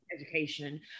education